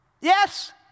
yes